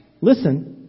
Listen